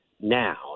Now